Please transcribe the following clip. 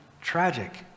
tragic